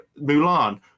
Mulan